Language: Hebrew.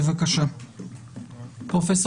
בבקשה, פרופ'